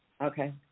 okay